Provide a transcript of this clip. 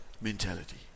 mentality